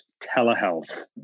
telehealth